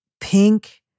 pink